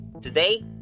Today